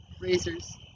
Razors